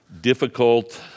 difficult